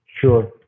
Sure